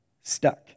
stuck